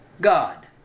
God